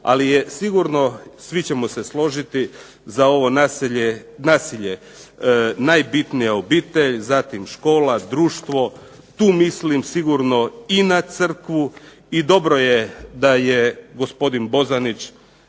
ali je sigurno svi ćemo se složiti za ovo nasilje najbitnija obitelj, zatim škola, društvo, tu mislim sigurno i na crkvu, i dobro je da je gospodin Bozanić,